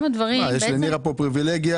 מה, יש לנירה פה פריווילגיה.